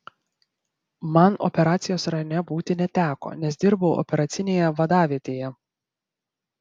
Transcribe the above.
man operacijos rajone būti neteko nes dirbau operacinėje vadavietėje